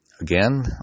again